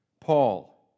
Paul